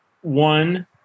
one